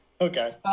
Okay